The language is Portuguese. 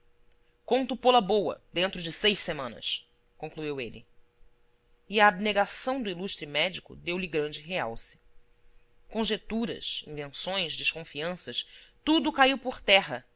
conto pô-la boa dentro de seis semanas concluiu ele e a abnegação do ilustre médico deu-lhe grande realce conjeturas invenções desconfianças tudo caiu por terra